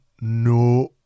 No